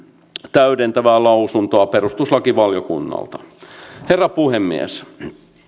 täydentävää lausuntoa perustuslakivaliokunnalta herra puhemies